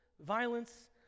violence